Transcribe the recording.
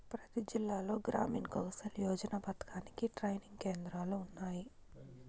ప్రతి జిల్లాలో గ్రామీణ్ కౌసల్ యోజన పథకానికి ట్రైనింగ్ కేంద్రాలు ఉన్నాయి